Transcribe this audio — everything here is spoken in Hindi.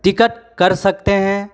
टिकट कर सकते हैं